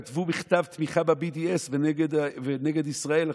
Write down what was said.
כתבו מכתב תמיכה ב-BDS ונגד ישראל עכשיו.